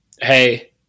hey